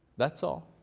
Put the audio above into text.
that's all.